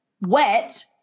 wet